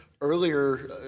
earlier